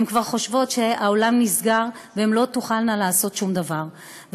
הן כבר חושבות שהעולם נסגר והן לא תוכלנה לעשות שום דבר.